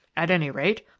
at any rate,